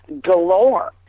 galore